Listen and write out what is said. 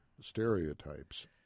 stereotypes